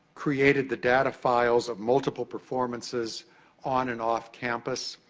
created the data files of multiple performances on and off campus.